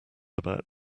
about